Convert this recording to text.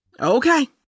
Okay